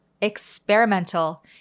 experimental